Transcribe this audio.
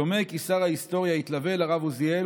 דומה כי שר ההיסטוריה התלווה אל הרב עוזיאל,